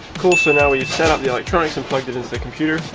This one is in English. cool so now we set up the electronics and plugged it into the computer.